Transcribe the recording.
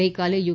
ગઈકાલે યુ